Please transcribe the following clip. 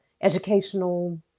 educational